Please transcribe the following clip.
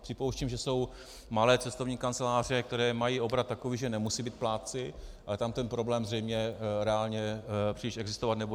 Připouštím, že jsou malé cestovní kanceláře, které mají obrat takový, že nemusí být plátci, ale tam ten problém zřejmě reálně příliš existovat nebude.